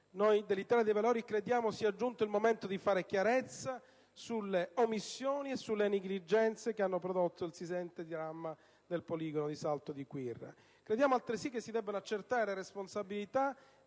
Noi dell'Italia dei Valori crediamo sia giunto il momento di fare chiarezza sulle omissioni e sulle negligenze che hanno prodotto il silente dramma del poligono di Salto di Quirra. Crediamo altresì che si debbano accertare le responsabilità